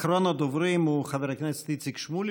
אחרון הדוברים הוא חבר הכנסת איציק שמולי,